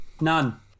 None